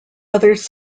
others